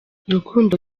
rukundo